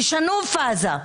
תשנו פאזה,